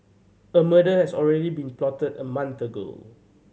a murder has already been plotted a month ago